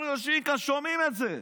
אנחנו יושבים כאן ושומעים את זה.